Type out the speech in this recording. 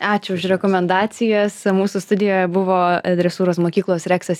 ačiū už rekomendacijas mūsų studijoje buvo dresūros mokyklos reksas